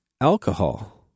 alcohol